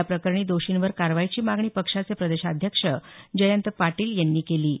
याप्रकरणी दोषींवर कारवाईची मागणी पक्षाचे प्रदेशाध्यक्ष जयंत पाटील यांनी केली